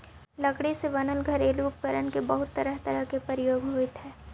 लकड़ी से बनल घरेलू उपकरण के बहुत तरह से प्रयोग होइत हइ